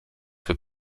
für